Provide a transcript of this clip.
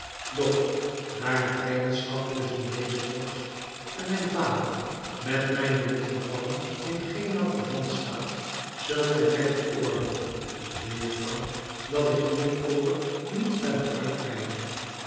doch daar de vijandschap tusschen dezen vorst en mijn vader met mijne lotgevallen in geen naauw verband staat zult gij mij veroorloven mejufvrouw dat ik hierover niet verder uitweide